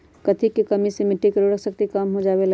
कथी के कमी से मिट्टी के उर्वरक शक्ति कम हो जावेलाई?